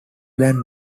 than